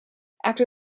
after